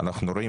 אנחנו רואים,